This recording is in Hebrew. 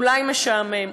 אולי משעמם,